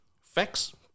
facts